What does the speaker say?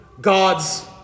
God's